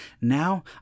now